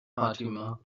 fatima